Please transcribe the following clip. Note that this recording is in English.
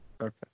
Okay